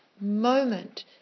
moment